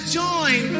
join